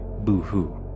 Boo-hoo